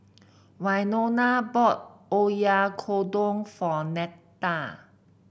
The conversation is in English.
Winona bought Oyakodon for Netta